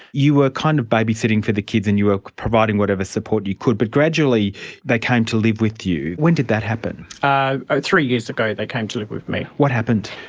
you were kind of babysitting for the kids and you are providing whatever support you could, but gradually they came to live with you. when did that happen? ah ah three years ago they came to live with me. what happened?